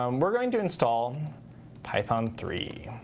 um we're going to install python three.